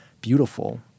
beautiful